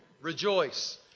rejoice